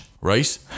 right